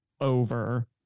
over